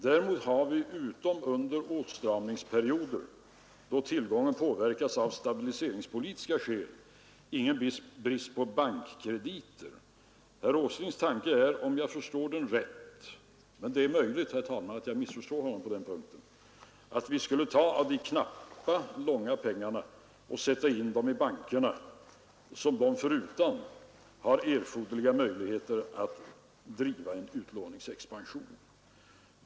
Däremot har vi, utom under åtstramningsperioder då tillgången påverkas av stabiliseringspolitiska skäl, ingen brist på bankkrediter. Herr Åslings tanke är, om jag förstår den rätt — men det är möjligt, herr talman, att jag missförstår honom på den punkten — att vi skulle ta av de knappa, långa pengarna och sätta in dem i bankerna, som dem förutan har erforderliga möjligheter att driva en utlåningsexpansion.